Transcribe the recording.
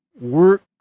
work